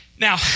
Now